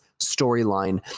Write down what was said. storyline